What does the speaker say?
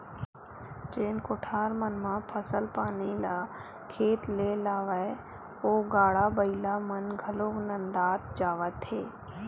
जेन कोठार मन म फसल पानी ल खेत ले लावय ओ गाड़ा बइला मन घलोक नंदात जावत हे